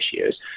issues